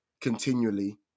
continually